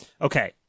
Okay